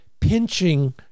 pinching